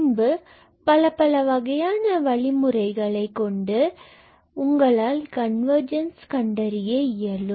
பின்பு பல வகையான வழிமுறைகள் இவற்றைக் கொண்டு உங்களால் கன்வர்ஜென்ஸ் கண்டறிய இயலும்